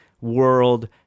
World